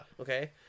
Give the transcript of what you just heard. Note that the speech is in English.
Okay